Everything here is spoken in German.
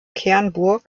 kernburg